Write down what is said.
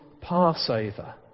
Passover